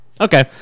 Okay